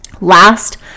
Last